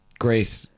Great